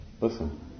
Listen